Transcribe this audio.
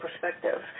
perspective